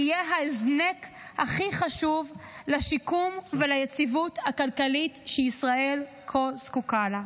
תהיה ההזנק הכי חשוב לשיקום וליציבות הכלכלית שישראל כה זקוקה להם.